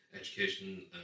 education